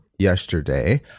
yesterday